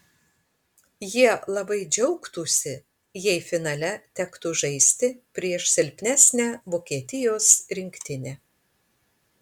jie labai džiaugtųsi jei finale tektų žaisti prieš silpnesnę vokietijos rinktinę